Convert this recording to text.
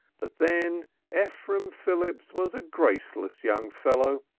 but then ephraim phillips was a graceless young fellow,